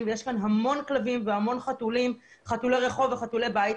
ויש כאן המון כלבים וחתולי רחוב ובית.